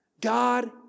God